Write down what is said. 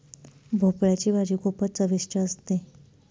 भोपळयाची भाजी खूपच चविष्ट असते